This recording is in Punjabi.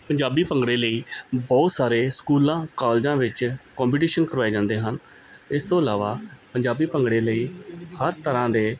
ਪੰਜਾਬੀ ਭੰਗੜੇ ਲਈ ਬਹੁਤ ਸਾਰੇ ਸਕੂਲਾਂ ਕਾਲਜਾਂ ਵਿੱਚ ਕੌਪੀਟੀਸ਼ਨ ਕਰਵਾਏ ਜਾਂਦੇ ਹਨ ਇਸ ਤੋਂ ਇਲਾਵਾ ਪੰਜਾਬੀ ਭੰਗੜੇ ਲਈ ਹਰ ਤਰ੍ਹਾਂ ਦੇ